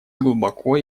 глубоко